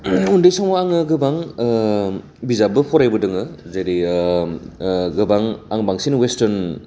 उन्दै समाव आङो गोबां बिजाबबो फरायबोदों जेरै आं बांसिन वेसटार्न